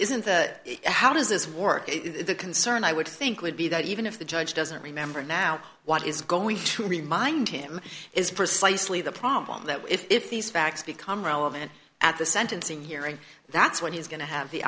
isn't the how does this work the concern i would think would be that even if the judge doesn't remember now what is going to remind him is precisely the problem that if these facts become relevant at the sentencing hearing that's what he is going to have the